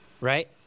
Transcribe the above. right